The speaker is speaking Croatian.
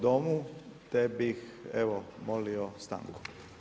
Domu te bih evo molio stanku.